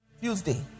Tuesday